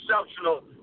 exceptional